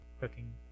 cooking